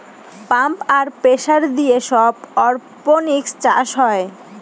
pump আর pressure দিয়ে সব অরপনিক্স চাষ হয়